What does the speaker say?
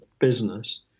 business